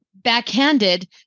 backhanded